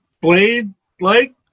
blade-like